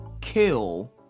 kill